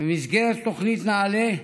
במסגרת תוכנית נעל"ה,